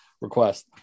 request